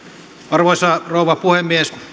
arvoisa rouva puhemies